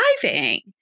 driving